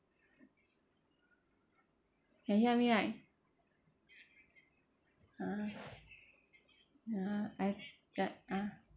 can hear me right ah ya I got ah